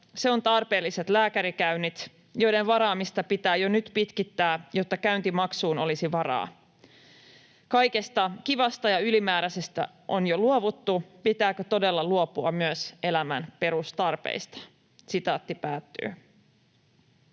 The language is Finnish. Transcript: Se on tarpeelliset lääkärikäynnit, joiden varaamista pitää jo nyt pitkittää, jotta käyntimaksuun olisi varaa. Kaikesta kivasta ja ylimääräisestä on jo luovuttu. Pitääkö todella luopua myös elämän perustarpeista?” ”Asun